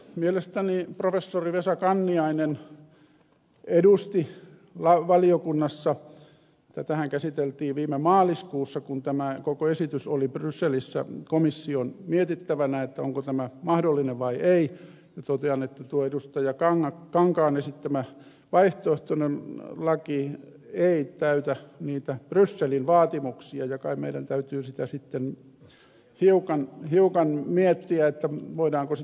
mielestäni professori vesa kanniainen totesi valiokunnassa tätähän käsiteltiin viime maaliskuussa kun tämä koko esitys oli brysselissä komission mietittävänä onko tämä mahdollinen vai ei ja totean että tuo edustaja kankaan esittämä vaihtoehtoinen laki ei täytä niitä brysselin vaatimuksia ja kai meidän täytyy sitä sitten hiukan miettiä voidaanko sitten tehdä niin